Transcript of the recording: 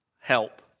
help